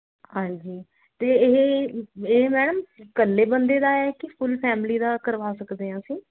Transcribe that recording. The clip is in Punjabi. ਹਾਂਜੀ ਅਤੇ ਇਹ ਇਹ ਮੈਡਮ ਇਕੱਲੇ ਬੰਦੇ ਦਾ ਹੈ ਕਿ ਫੁੱਲ ਫੈਮਲੀ ਦਾ ਕਰਵਾ ਸਕਦੇ ਹਾਂ ਅਸੀਂ